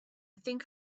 think